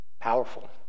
Powerful